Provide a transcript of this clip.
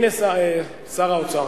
הנה שר האוצר,